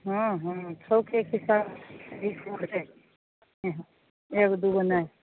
हँ हँ थौकेके हिसाब सँ बीस गो लेबै एक दूगो नहि